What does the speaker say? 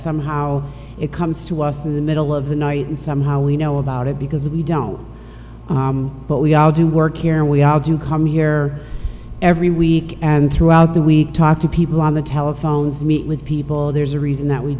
somehow it comes to us in the middle of the night and somehow we know about it because we don't but we all do work here we all do come here every week and throughout the week talk to people on the telephones meet with people there's a reason that we